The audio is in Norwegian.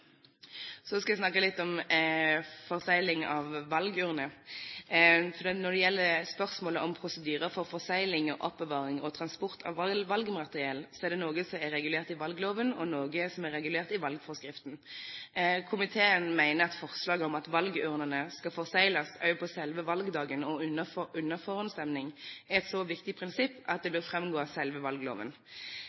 Så skal jeg snakke litt om forsegling av valgurner. Når det gjelder spørsmålet om prosedyrer for forsegling, oppbevaring og transport av valgmateriell, er noe regulert i valgloven og noe er regulert i valgforskriften. Komiteen mener at forslaget om at valgurnene skal forsegles også på selve valgdagen og under forhåndsstemming, er et så viktig prinsipp at det bør framgå av selve valgloven.